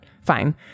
fine